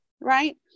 right